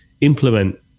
implement